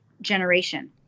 generation